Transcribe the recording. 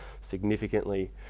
significantly